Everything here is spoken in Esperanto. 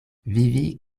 vivi